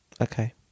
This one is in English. okay